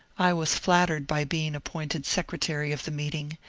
i was flattered by being appointed secretary of the meeting,